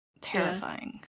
terrifying